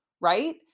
right